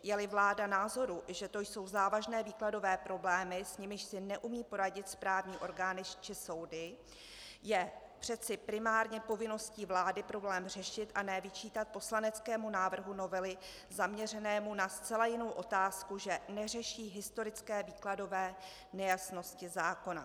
Jeli vláda názoru, že to jsou závažné výkladové problémy, s nimiž si neumí poradit správní orgány či soudy, je přece primární povinností vlády problém řešit a ne vyčítat poslaneckému návrhu novely zaměřenému na zcela jinou otázku, že neřeší historické výkladové nejasnosti zákona.